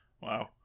Wow